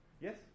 Yes